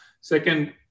Second